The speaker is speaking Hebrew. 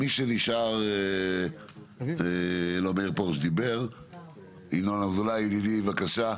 ינון אזולאי, בבקשה.